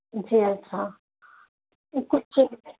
جی ہاں کچھ